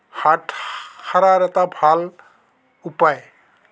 হাত সাৰাৰ এটা ভাল উপায়